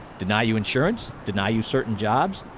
deny you insurance? deny you certain jobs?